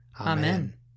Amen